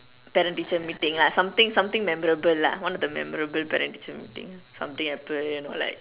parent teacher lah something something memorable lah one of the memorable parent teacher meeting something happen you know like